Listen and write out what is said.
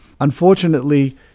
Unfortunately